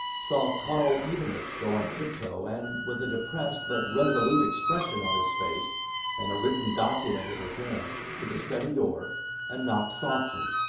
saw karl ivanitch go on tiptoe, and with a depressed, but resolute, expression on his face and a written document in his hand, to the study door and knock softly.